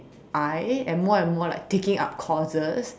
I am more and more like picking up causes